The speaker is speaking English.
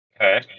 Okay